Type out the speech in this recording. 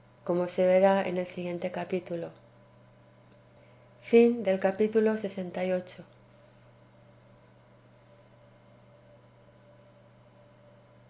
como se verá en el siguiente capítulo capítulo lxix